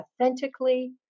authentically